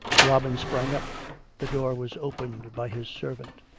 robin sprang up the door was opened by his s'ervant,